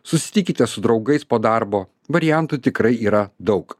susitikite su draugais po darbo variantų tikrai yra daug